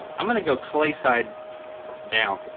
i'm gonna go clay side down.